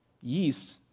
Yeast